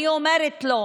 אני אומרת לו: